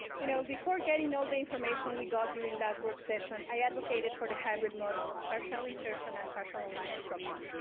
you know, before getting all the information we got during last work session, i advocated for the hybrid model, partially in-person and partial online instruction.